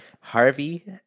Harvey